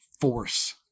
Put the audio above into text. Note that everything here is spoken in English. force